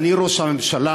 אני ראש הממשלה.